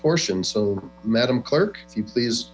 portion so madam clerk if you please